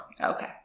Okay